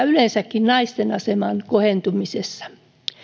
yleensäkin naisten aseman kohentumisessa